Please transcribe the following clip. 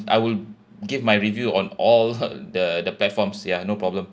I will give my review on all the the platforms ya no problem